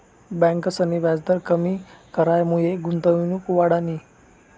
ब्यांकसनी व्याजदर कमी करामुये गुंतवणूक वाढनी